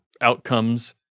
outcomes